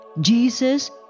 Jesus